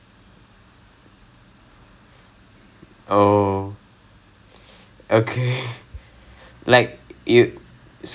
but பிரச்சனை வந்து என்னன்னா:pirachani vanthu ennanaa I suck at it I'm so bad at it so so I tried for a few days